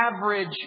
Average